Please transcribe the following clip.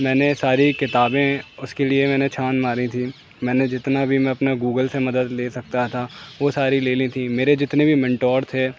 میں نے ساری کتابیں اس کے لیے میں نے چھان ماری تھیں میں نے جتنا بھی میں اپنا گوگل سے مدد لے سکتا تھا وہ ساری لے لی تھیں میرے جتنے بھی منٹور تھے